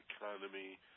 economy